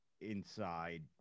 inside